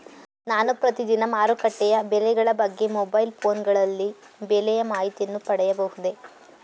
ನಾನು ಪ್ರತಿದಿನ ಮಾರುಕಟ್ಟೆಯ ಬೆಲೆಗಳ ಬಗ್ಗೆ ಮೊಬೈಲ್ ಫೋನ್ ಗಳಲ್ಲಿ ಬೆಲೆಯ ಮಾಹಿತಿಯನ್ನು ಪಡೆಯಬಹುದೇ?